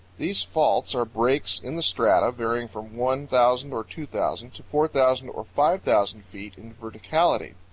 these faults are breaks in the strata varying from one thousand or two thousand to four thousand or five thousand feet in verticality.